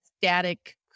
static